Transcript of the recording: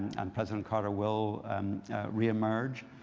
and president carter will reemerge.